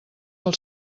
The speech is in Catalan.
del